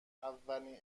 اولین